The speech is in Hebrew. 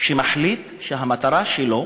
שמחליט שהמטרה שלו